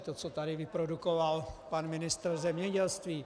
To, co tady vyprodukoval pan ministr zemědělství.